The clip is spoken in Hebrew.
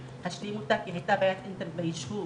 להשלים אותה כי הייתה בעיית אינטרנט ביישוב,